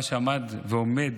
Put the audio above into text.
מה שעמד ועומד